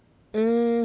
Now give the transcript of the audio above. mm